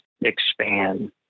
expand